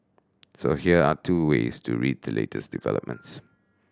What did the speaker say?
so here are two ways to read the latest developments